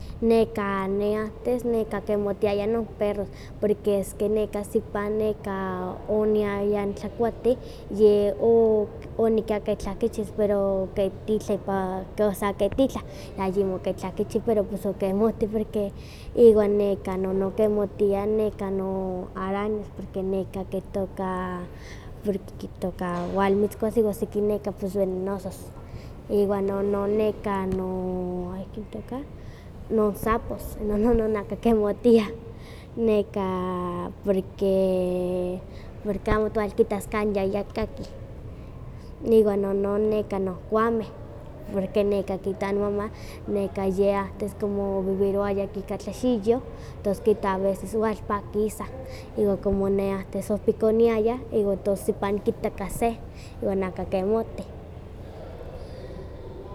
Neka ne antes neka kinmohtiaya ni peros porque esque neka sipa neka oniaya nitlakuati ye o onikaki tlakichis pero ke titlepa ke sakeh itla yayimokitlah kichih pero pues okinmohtih, porque iwan ne no kimohtia neka noarañas porque neka kitoka, kitoka walmitzkuas iwa siki pues neka venenosos, iwan no no neka, ay ken itoka, non sapos, nonon aka ke mohtia, neka porque porque amo tiwalkitas, kan yayakahki, iwan nonon neka noh kwameh, porque neka kihtowa nomama neka ye ahtes vivirowa neka kan tlaxihyoh, tos kihtowa a veces walpankisah, iwa como ne antes ompa ik oniaya iwa tos sipa nikitaka se, iwa aka ke mohtih.